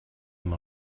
amb